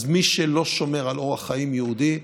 אז מי שלא שומר על אורח חיים יהודי,